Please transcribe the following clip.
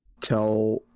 tell